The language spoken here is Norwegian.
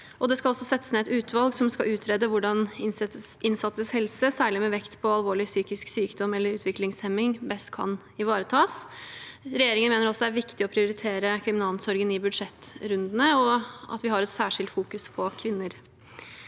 Det skal også settes ned et utvalg som skal utrede hvordan innsattes helse, med særlig vekt på alvorlig psykisk sykdom eller utviklingshemming, best kan ivaretas. Regjeringen mener også det er viktig å prioritere kriminalomsorgen i budsjettrundene, og at vi har et særskilt fokus på kvinner.